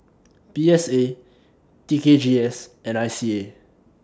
P S A T K G S and I C A